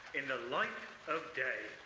in the light of day.